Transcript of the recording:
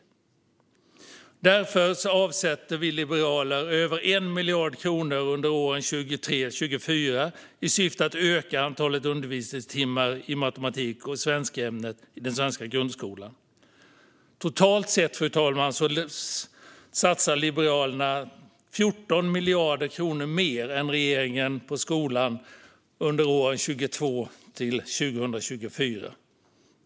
Därför avsätter vi liberaler över 1 miljard kronor under åren 2023-2024 i syfte att öka antalet undervisningstimmar i matematik och svenskämnet i den svenska grundskolan. Totalt sett, fru talman, satsar Liberalerna 14 miljarder kronor mer än regeringen på skolan åren 2022-2024.